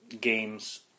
games